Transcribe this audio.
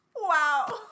wow